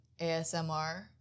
ASMR